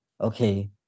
okay